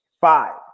Five